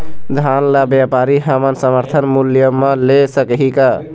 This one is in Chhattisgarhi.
धान ला व्यापारी हमन समर्थन मूल्य म ले सकही का?